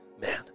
Man